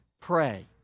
pray